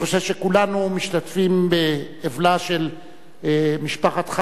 אני חושב שכולנו משתתפים באבלה של משפחת חלבי,